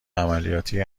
عملیاتی